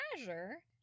azure